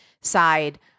side